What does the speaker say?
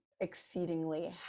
exceedingly